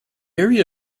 area